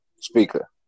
speaker